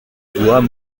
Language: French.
doigt